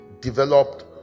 Developed